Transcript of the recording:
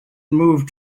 moved